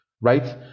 right